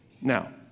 Now